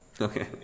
Okay